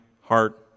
heart